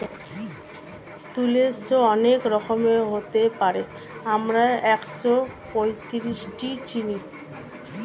তুলে শস্য অনেক রকমের হতে পারে, আমরা একশোপঁয়ত্রিশটি চিনি